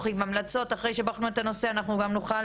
עם המלצות ולאחר שבחנו את הנושא אנחנו גם נוכל